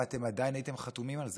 ואתם עדיין הייתם חתומים על זה,